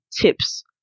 tips